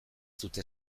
dute